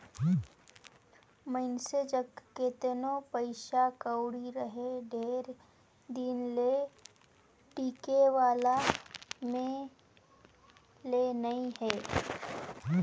मइनसे जग केतनो पइसा कउड़ी रहें ढेर दिन ले टिके वाला में ले नी हे